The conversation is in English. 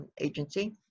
agency